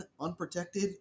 unprotected